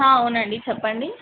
అవునండి చెప్పండి